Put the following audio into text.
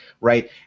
right